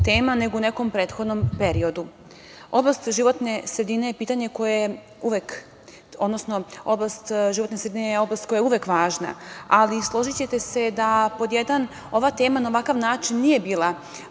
tema nego u nekom prethodnom periodu. Oblast životne sredine je oblast koja je uvek važna, ali, složićete se da pod jedan ova tema na ovakav način nije bila